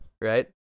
right